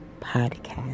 podcast